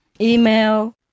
Email